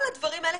כל הדברים האלה,